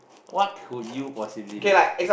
what could you possibly do